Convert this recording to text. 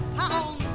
town